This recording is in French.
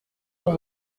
sont